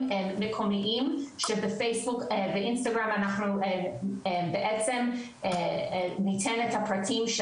מקומיים שבפייסבוק ואינסטגרם אנחנו בעצם ניתן את הפרטים של